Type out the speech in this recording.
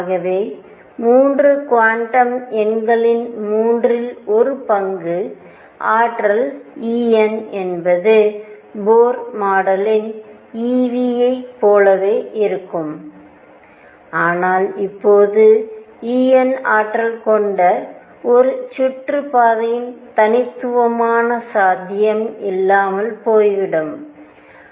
ஆகவே 3 குவாண்டம் எண்களில் மூன்றில் ஒரு பங்கு ஆற்றல் En என்பது போர் மாதிரி ev ஐப் போலவே இருக்கும் ஆனால் இப்போது En ஆற்றல் கொண்ட ஒரு சுற்றுப்பாதையின் தனித்துவமான சாத்தியம் இல்லாமல் போய்விட்டது